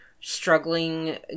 struggling